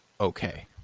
okay